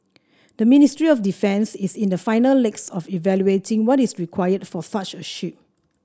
the Ministry of Defence is in the final legs of evaluating what is required for such a ship